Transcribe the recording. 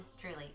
Truly